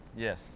Yes